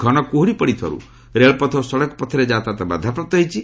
ଘନ କୁହୁଡି ପଡିଥିବାରୁ ରେଳପଥ ଓ ସଡ଼କପଥରେ ଯାତାୟାତ ବାଧାପ୍ରାପ୍ତ ହୋଇଛି